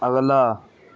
اگلا